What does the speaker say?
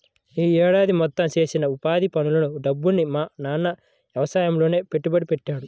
యీ ఏడాది మొత్తం చేసిన ఉపాధి పనుల డబ్బుని మా నాన్న యవసాయంలోనే పెట్టుబడి పెట్టాడు